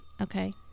Okay